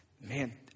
Man